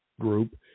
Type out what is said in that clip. group